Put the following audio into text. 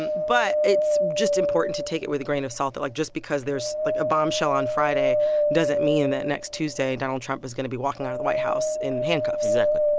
and but it's just important to take it with a grain of salt that, like, just because there's, like, a bombshell on friday doesn't mean that next tuesday, donald trump is going to be walking out of the white house in handcuffs exactly.